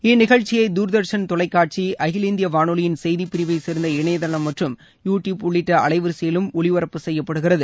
இந்நிகழ்ச்சியை தர்தஷன் தொலைக்காட்சி அகில இந்திய வானொலியின் செய்தி பிரிவை சேர்ந்த இணையதளம் மற்றும் யூ டியூப் உள்ளிட்ட அலைவரிசையிலும் ஒலிப்பரப்பு செய்யப்படுகிறது